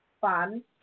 fun